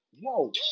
Whoa